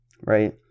right